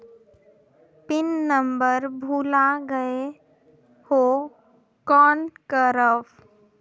Pin number भुला गयें हो कौन करव?